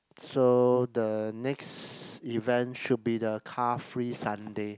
so the next event should be the car free Sunday